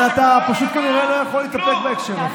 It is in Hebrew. אבל אתה פשוט כנראה לא יכול להתאפק בהקשר הזה.